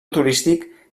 turístic